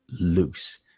loose